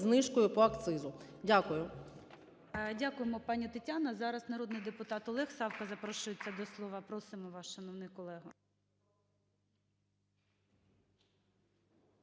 знижкою по акцизу. Дякую. ГОЛОВУЮЧИЙ. Дякуємо, пані Тетяно. Зараз народний депутат Олег Савка запрошується до слова. Просимо вас, шановний колего.